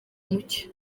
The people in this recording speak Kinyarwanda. mucyo